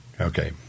Okay